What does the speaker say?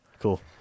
Cool